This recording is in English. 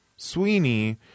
sweeney